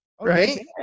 Right